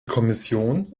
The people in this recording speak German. kommission